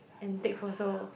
and take photo